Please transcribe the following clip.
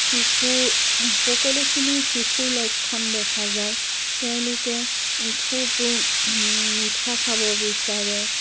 শিশু সকলোখিনি শিশুৰ লক্ষণ দেখা যায় তেওঁলোকে খুব মিঠা খাব বিচাৰে